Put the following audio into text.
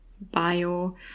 bio